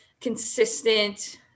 consistent